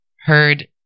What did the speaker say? heard